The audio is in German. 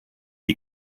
die